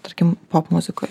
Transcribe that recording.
tarkim popmuzikoj